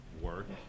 work